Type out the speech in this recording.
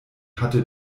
hatte